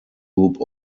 loop